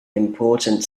important